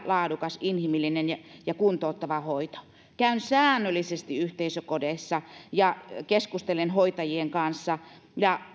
laadukas inhimillinen ja ja kuntouttava hoito käyn säännöllisesti yhteisökodeissa ja keskustelen hoitajien kanssa ja